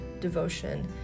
devotion